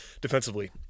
defensively